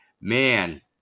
man